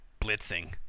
blitzing